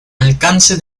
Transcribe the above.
alcance